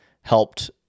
helped